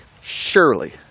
surely